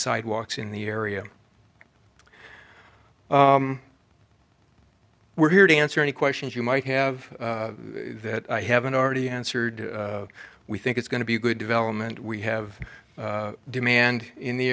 sidewalks in the area we're here to answer any questions you might have that i haven't already answered we think it's going to be a good development we have demand in the